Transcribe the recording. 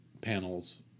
panels